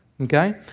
okay